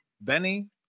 Benny